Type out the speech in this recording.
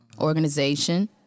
organization